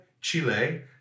Chile